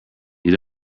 you